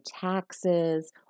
taxes